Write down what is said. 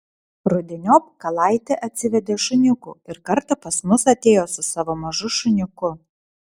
rudeniop kalaitė atsivedė šuniukų ir kartą pas mus atėjo su savo mažu šuniuku